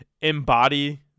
embody